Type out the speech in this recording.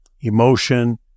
emotion